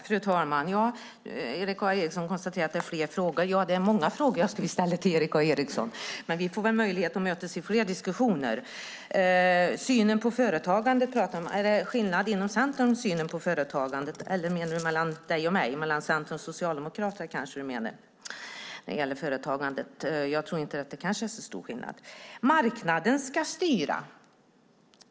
Fru talman! Erik A Eriksson konstaterar att det är flera frågor. Ja, det är många frågor som jag skulle vilja ställa till Erik A Eriksson, men vi får väl möjlighet att mötas i flera diskussioner. Han pratade om skillnad i synen på företagande. Gäller det skillnader inom Centern eller mellan Centern och Socialdemokraterna? Jag tror inte att det är så stor skillnaden. Marknaden ska styra, säger Erik A Eriksson.